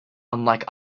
unlike